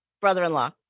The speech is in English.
brother-in-law